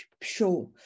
sure